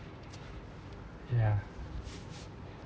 ya